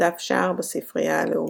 דף שער בספרייה הלאומית הלאומית בלז'יצה,